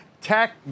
tech